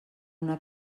una